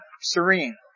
serene